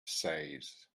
says